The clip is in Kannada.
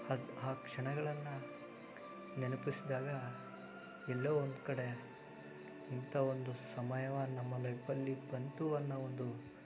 ಅದು ಆ ಕ್ಷಣಗಳನ್ನು ನೆನಪಿಸ್ದಾಗ ಎಲ್ಲೋ ಒಂದು ಕಡೆ ಇಂಥ ಒಂದು ಸಮಯ ನಮ್ಮ ಲೈಫಲ್ಲಿ ಬಂತು ಅನ್ನೋ ಒಂದು